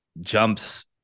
jumps